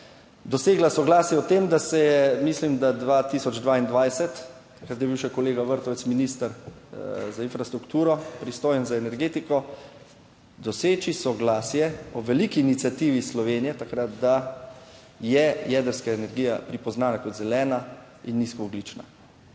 dosegla soglasje o tem, da se je mislim da 2022, takrat je bil še kolega Vrtovec minister za infrastrukturo, pristojen za energetiko, doseči soglasje o veliki iniciativi Slovenije takrat, da je jedrska energija prepoznana kot zelena in nizkoogljična.